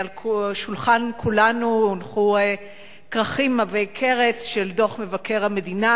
על שולחן כולנו הונחו כרכים עבי כרס של דוח מבקר המדינה.